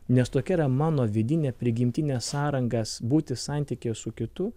nes tokia yra mano vidinė prigimtinė sąrangas būti santykyje su kitu